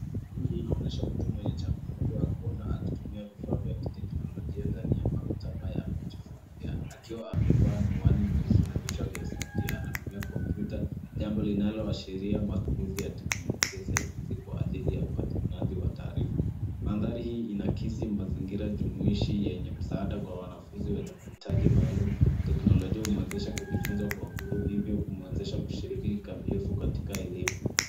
Hii inaonyesha mtu mwenye changamoto ya kuona akitumia vifaa vya kiteknolojia ndani ya maktaba ya kujifunzia akiwa amevaa miwani mieusi na vichwa vya sauti. Anatumia kompyuta, Jambo linaloashiria matumizi ya teknolojia saidizi kwa ajili ya upatikanaji wa taarifa. Mandhari hii inaakisi mazingira jumuishi yenye msaada kwa wanafunzi wenye mahitaji maalum. Teknolojia umeweza kumfunza kwa uhuru hivyo kumwezesha kushiriki kikamilifu katika elimu.